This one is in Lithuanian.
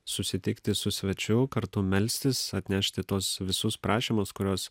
susitikti su svečiu kartu melstis atnešti tuos visus prašymus kuriuos